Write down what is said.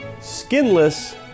skinless